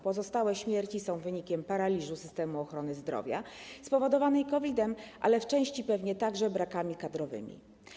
Pozostałe są wynikiem paraliżu systemu ochrony zdrowia spowodowanego COVID-em, ale w części pewnie także brakami kadrowymi.